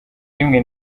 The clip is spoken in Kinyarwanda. rimwe